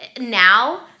now